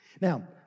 Now